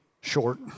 short